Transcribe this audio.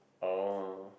oh